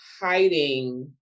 hiding